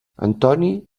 antoni